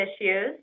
issues